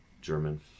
German